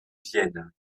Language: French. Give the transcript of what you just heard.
vienne